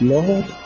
Lord